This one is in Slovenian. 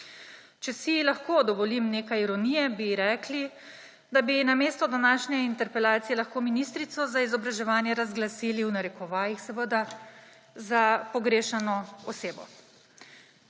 Če si lahko dovolim nekaj ironije, bi rekli, da bi namesto današnje interpelacije lahko ministrico za izobraževanje razglasili, v narekovajih seveda, za »pogrešano« osebo.